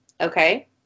Okay